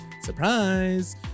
surprise